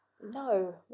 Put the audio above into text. no